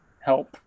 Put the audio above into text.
help